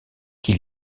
qui